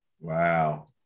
Wow